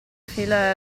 fila